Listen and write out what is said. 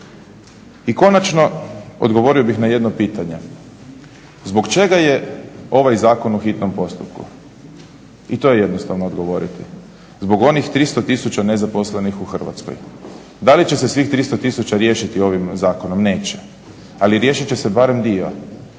I konačno odgovorio bih na jedno pitanje, zbog čega je ovaj zakon u hitnom postupku? I to je jednostavno odgovoriti, zbog onih 300 tisuća nezaposlenih u Hrvatskoj. Da li će se svih 300 tisuća riješiti ovim zakonom? Neće, ali riješit će se barem dio.